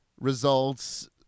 results